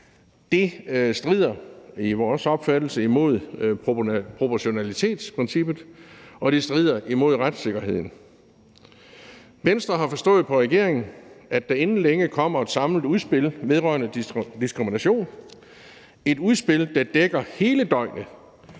Det strider efter vores opfattelse imod proportionalitetsprincippet, og det strider imod retssikkerheden. Venstre har forstået på regeringen, at der inden længe kommer et samlet udspil vedrørende diskrimination – et udspil, der dækker hele døgnet